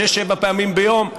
שש-שבע פעמים ביום,